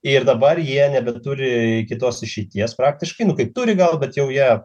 ir dabar jie nebeturi kitos išeities praktiškai nu kaip turi gal bet jau jie